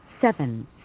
seven